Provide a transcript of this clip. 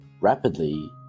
rapidly